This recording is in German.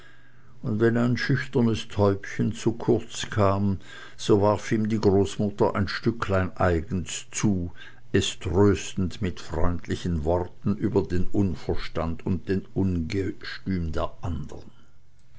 und wenn ein schüchternes täubchen zu kurz kam so warf ihm die großmutter ein stücklein eigens zu es tröstend mit freundlichen worten über den unverstand und den ungestüm der andern